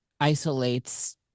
isolates